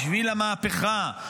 בשביל המהפכה,